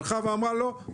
אמרה: לא,